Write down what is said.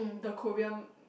the Korean